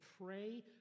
pray